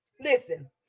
Listen